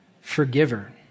forgiver